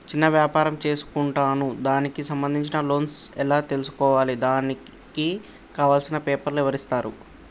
చిన్న వ్యాపారం చేసుకుంటాను దానికి సంబంధించిన లోన్స్ ఎలా తెలుసుకోవాలి దానికి కావాల్సిన పేపర్లు ఎవరిస్తారు?